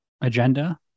agenda